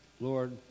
Lord